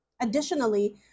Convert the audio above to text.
Additionally